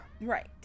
Right